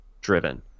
driven